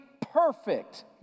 perfect